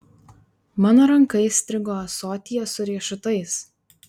mano ranka įstrigo ąsotyje su riešutais